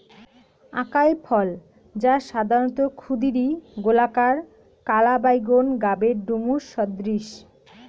আকাই ফল, যা সাধারণত ক্ষুদিরী, গোলাকার, কালা বাইগোন গাবের ডুমুর সদৃশ